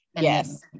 Yes